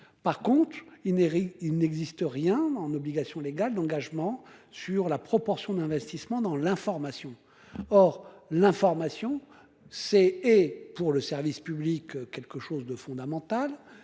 revanche, il n'existe aucune obligation légale sur la proportion d'investissements dans l'information. Or l'information est pour le service public quelque chose de fondamental.